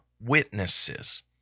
witnesses